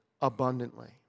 abundantly